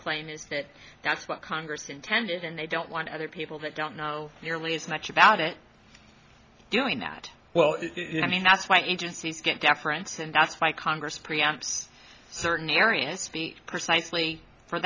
claim is that that's what congress intended and they don't want other people that don't know nearly as much about it doing that well i mean that's why agencies get deference and that's why congress pre